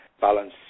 balance